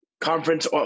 conference